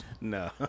No